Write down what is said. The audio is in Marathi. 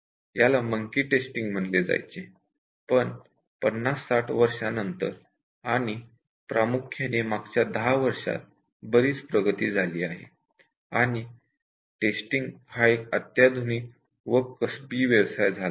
याला मंकी टेस्टिंग म्हणले जायचे पण पन्नास साठ वर्षानंतर आणि प्रामुख्याने मागच्या दहा वर्षात बरीच प्रगती झाली आहे आणि टेस्टिंग हे एक अत्याधुनिक व कसबी स्कील झाले आहे